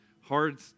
hard